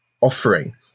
offering